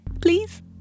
please